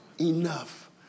enough